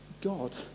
God